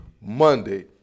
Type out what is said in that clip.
Monday